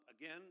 again